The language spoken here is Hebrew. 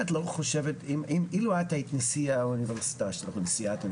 אילו את היית נשיאת האוניברסיטה,